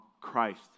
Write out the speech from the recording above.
Christ